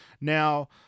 Now